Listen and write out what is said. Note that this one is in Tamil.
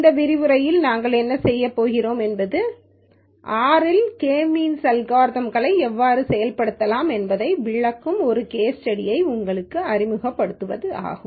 இந்த விரிவுரையில் நாங்கள் என்ன செய்யப் போகிறோம் என்பது ஆர் இல் கே மீன்ஸ்அல்காரிதம்களை எவ்வாறு செயல்படுத்தப்படலாம் என்பதை விளக்கும் கேஸ் ஸ்டடிக்கு உங்களை அறிமுகப்படுத்துவதாகும்